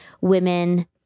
women